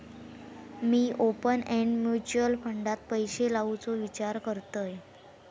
मी open end mutual फंडात पैशे लावुचो विचार करतंय